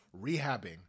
rehabbing